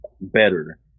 better